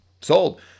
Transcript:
sold